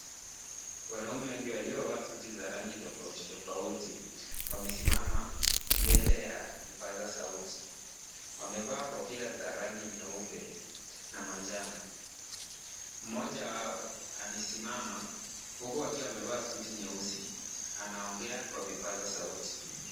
Wanaume wengi waliovaa suti za rangi tofauti tofauti wamesimama mbele ya vipaza sauti. Wamevaa kofia za rangi nyeupe na manjano. Mmoja wao amesimama huku akiwa amevaa suti nyeusi. Anaongea kwa vipaza sauti.